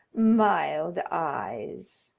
mild eyes.